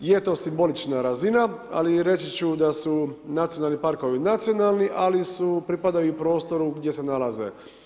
Je to simbolična razina, ali reći ću da su nacionalni parkovi nacionalni, ali pripadaju prostoru gdje se nalaze.